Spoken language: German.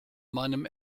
meinem